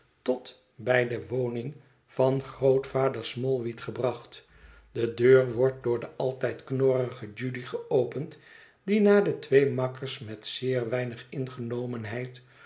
tot bij de woning van grootvader swallweed gebracht de deur wordt door de altijd knorrige judy geopend die na de twee makkers met zeer weinig